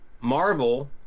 Marvel